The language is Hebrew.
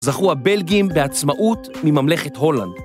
‫זכו הבלגים בעצמאות מממלכת הולנד.